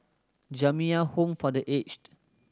Jamiyah Home for The Aged